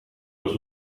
was